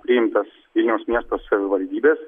priimtas vilniaus miesto savivaldybės